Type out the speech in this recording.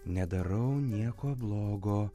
nedarau nieko blogo